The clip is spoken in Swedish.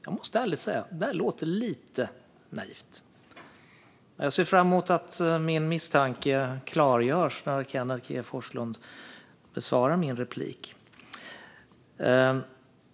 Jag måste ärligt säga att det där låter lite naivt. Jag ser fram emot att min misstanke klargörs när Kenneth G Forslund besvarar min replik.